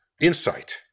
insight